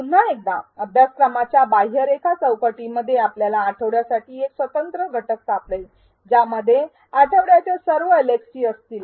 पुन्हा एकदा अभ्यासक्रमाच्या बाह्यरेखा चौकटीमध्ये आपल्याला आठवड्यासाठी एक स्वतंत्र घटक सापडेल ज्यामध्ये आठवड्याच्या सर्व एलएक्सटी असतील